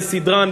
כסדרן,